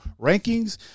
rankings